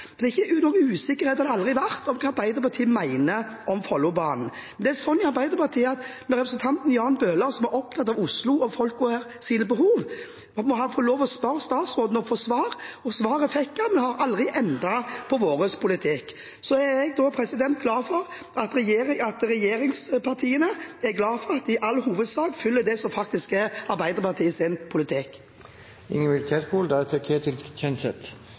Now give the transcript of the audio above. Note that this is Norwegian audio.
har det aldri vært noen usikkerhet om hva Arbeiderpartiet mener om den. Men det er sånn i Arbeiderpartiet at representanten Jan Bøhler, som er opptatt av Oslo og Oslobefolkningens behov, må få lov til å spørre statsråden og få svar. Svaret fikk han. Vi har aldri endret på vår politikk. Jeg er glad for at regjeringspartiene er glade for at de i all hovedsak følger det som faktisk er Arbeiderpartiets politikk. Representanten Ingvild